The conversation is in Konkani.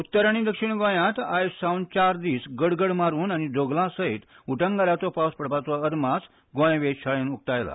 उत्तर आनी दक्षीण गोंयांत आज सावन चार दीस गडगड मारून आनी जोगला सयत उटंगाराचो पावस पडपाचो अदमास गोंय वेधशाळेन उकतायला